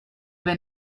were